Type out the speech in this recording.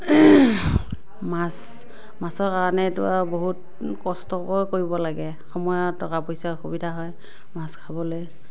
মাছ মাছৰ কাৰণেইতো আৰু বহুত কষ্টকৰ কৰিব লাগে সময়ত টকা পইচা অসুবিধা হয় মাছ খাবলৈ